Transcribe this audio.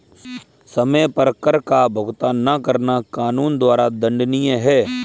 समय पर कर का भुगतान न करना कानून द्वारा दंडनीय है